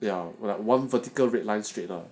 ya correct [one] vertical red line straight lah